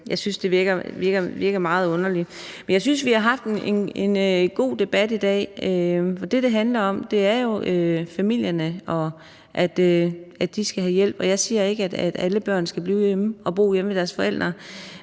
Jeg synes, det virker meget underligt. Kl. 19:52 Men jeg synes, at vi har haft en god debat i dag, for det, det handler om, er jo familierne, og at de skal have hjælp. Jeg siger ikke, at alle børn skal bo hjemme ved deres forældre,